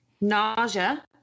Nausea